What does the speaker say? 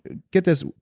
get this,